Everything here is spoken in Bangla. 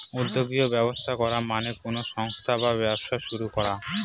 উদ্যোগী ব্যবস্থা করা মানে কোনো সংস্থা বা ব্যবসা শুরু করা